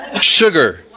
Sugar